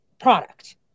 Product